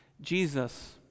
Jesus